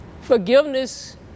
Forgiveness